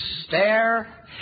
stare